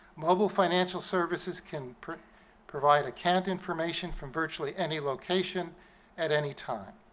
mobile financial services can provide account information from virtually any location at any time.